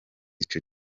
ico